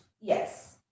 Yes